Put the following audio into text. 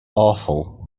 awful